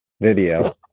Video